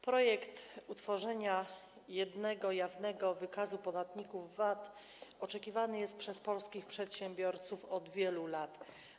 Projekt utworzenia jednego jawnego wykazu podatników VAT oczekiwany jest przez polskich przedsiębiorców od wielu lat.